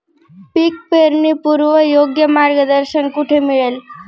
पीक पेरणीपूर्व योग्य मार्गदर्शन कुठे मिळेल?